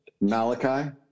Malachi